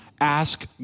Ask